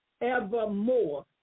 evermore